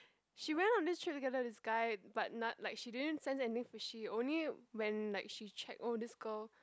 she went on this trip together with this guy but not like she didn't sense any fishy only when like she check all these girl